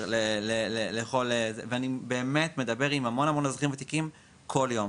אני מדבר עם הרבה מאוד אזרחים ותיקים כל יום.